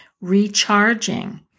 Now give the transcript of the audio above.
recharging